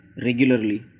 regularly